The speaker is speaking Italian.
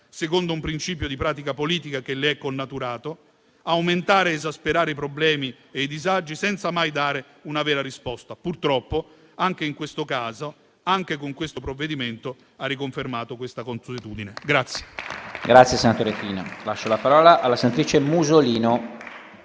secondo un principio di pratica politica che le è connaturato: aumentare ed esasperare i problemi e i disagi, senza mai dare una vera risposta. Purtroppo, anche in questo caso, anche con questo provvedimento, ha riconfermato tale consuetudine.